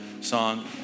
song